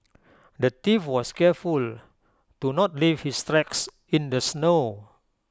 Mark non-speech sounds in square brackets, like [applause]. the thief was careful to not leave his [unintelligible] in the snow